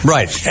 Right